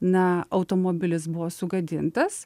na automobilis buvo sugadintas